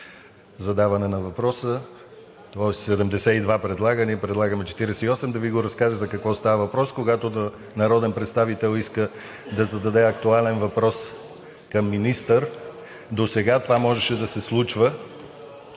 задаване на въпроса, ние предлагаме 48. Да Ви разкажа за какво става въпрос. Когато народен представител иска да зададе актуален въпрос към министър, досега това можеше да се случва